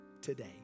today